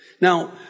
now